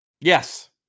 Yes